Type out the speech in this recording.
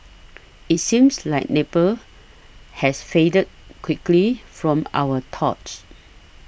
it seems like Nepal has faded quickly from our thoughts